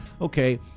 okay